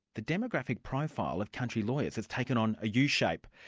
the demographic profile of country lawyers has taken on a u shape.